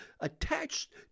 attached